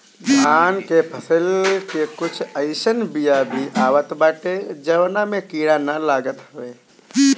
धान के फसल के कुछ अइसन बिया भी आवत बाटे जवना में कीड़ा ना लागत हवे